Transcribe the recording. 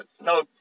no